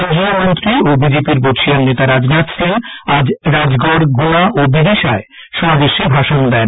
কেন্দ্রীয় মন্ত্রী ও বিজেপি র বর্ষীয়ান নেতা রাজনাখ সিং আজ রাজগড় গুনা ও বিদিশায় সমাবেশে ভাষণ দেন